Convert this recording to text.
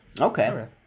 okay